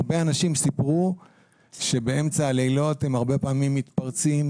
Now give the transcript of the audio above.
הרבה אנשים סיפרו שבאמצע הלילות הם הרבה פעמים מתפרצים,